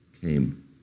came